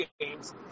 games